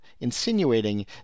insinuating